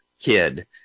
kid